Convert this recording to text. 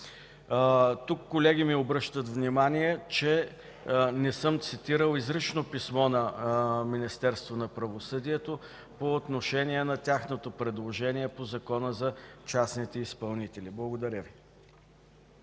Тук колеги ми обръщат внимание, че не съм цитирал изрично писмо на Министерството на правосъдието по отношение на тяхното предложение по Закона за частните съдебни изпълнители. Благодаря Ви.